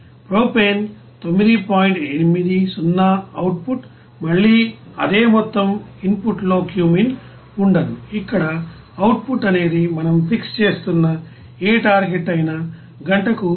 80 output మళ్లీ అదే మొత్తం ఇన్ పుట్ లో క్యూమీన్ ఉండదు ఇక్కడ అవుట్ పుట్ అనేది మనం ఫిక్స్ చేస్తున్న ఏ టార్గెట్ అయినా గంటకు 173